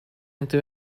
into